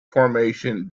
formation